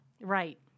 Right